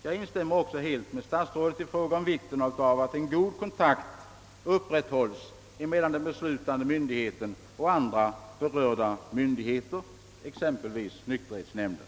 Jag är också helt enig med statsrådet i fråga om vikten av att god kontakt upprätthålls mellan den beslutande myndigheten och andra berörda myndigheter, exempelvis nykterhetsnämnden.